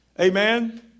Amen